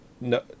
No